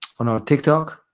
on our tiktok.